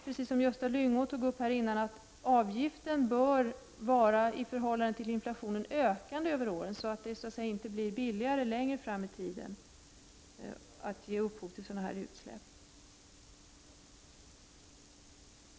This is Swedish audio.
Precis som Gösta Lyngå sade tidigare bör avgiften vara i förhållande till inflationen ökande över åren, så att det inte blir billigare längre fram i tiden att ge upphov till sådana utsläpp.